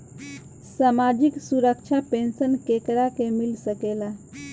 सामाजिक सुरक्षा पेंसन केकरा के मिल सकेला?